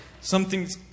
Something's